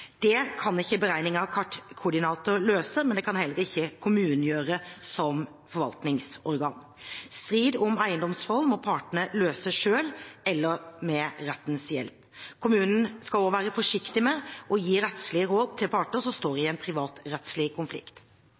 Det kan ikke beregning av kartkoordinater løse, men det kan heller ikke kommunen gjøre som forvaltningsorgan. Strid om eiendomsforhold må partene løse selv eller med rettens hjelp. Kommunen skal også være forsiktig med å gi rettslige råd til parter som står i en privatrettslig konflikt.